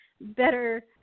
better